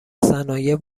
صنایع